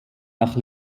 nach